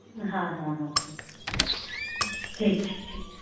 हँ हँ हँ हँ ठीक छै ठीक छै